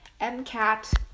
MCAT